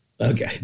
Okay